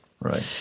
Right